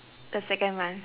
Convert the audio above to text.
the second one